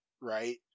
right